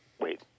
wait